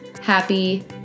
Happy